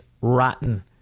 rotten